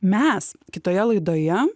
mes kitoje laidoje